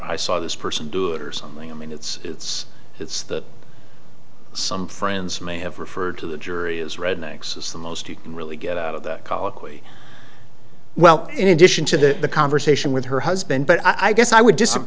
i saw this person do it or something i mean it's it's it's that some friends may have referred to the jury is rednecks is the most you can really get out of that colloquy well in addition to that the conversation with her husband but i guess i would